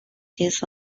his